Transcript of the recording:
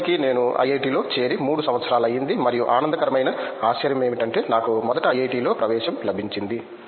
ఇప్పటికి నేను ఐఐటిలో చేరి 3 సంవత్సరాలు అయ్యింది మరియు ఆనందకరమైన ఆశ్చర్యం ఏమిటంటే నాకు మొదట ఐఐటిలో ప్రవేశం లభించింది